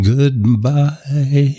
Goodbye